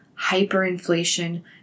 hyperinflation